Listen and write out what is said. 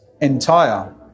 entire